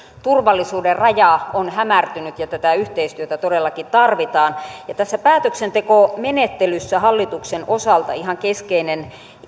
turvallisuuden raja on hämärtynyt ja tätä yhteistyötä todellakin tarvitaan tässä päätöksentekomenettelyssä hallituksen osalta ihan keskeinen